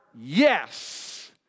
yes